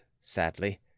sadly